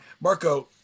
Marco